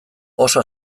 oso